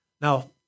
Now